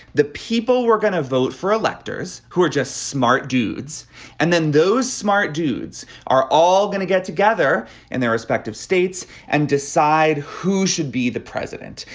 the people we're gonna vote for electors who are just smart dudes and then those smart dudes are all gonna get together and their respective states and decide who should be the president.